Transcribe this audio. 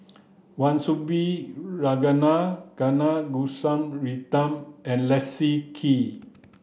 Wan Soon Bee Ragunathar Kanagasuntheram and Leslie Kee